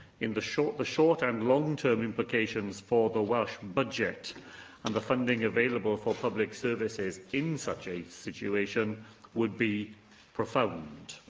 the short the short and long-term implications for the welsh budget and the funding available for public services in such a situation would be profound.